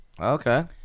Okay